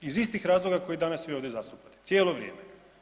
Iz istih razloga koje danas svi ovdje zastupamo, cijelo vrijeme.